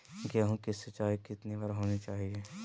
गेहु की सिंचाई कितनी बार होनी चाहिए?